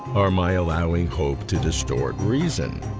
um i allowing hope to distort reason?